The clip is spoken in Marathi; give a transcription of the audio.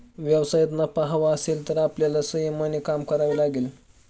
व्यवसायात नफा हवा असेल तर आपल्याला संयमाने काम करावे लागेल